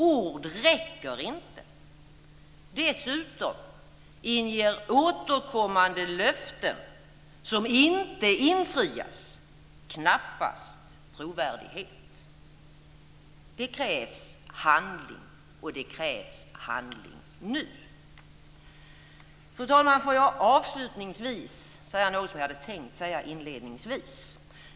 Ord räcker inte. Dessutom inger återkommande löften, som inte infrias, knappast trovärdighet. Det krävs handling, och det krävs handling nu. Fru talman! Jag vill avslutningsvis säga något som jag hade tänkt säga inledningsvis.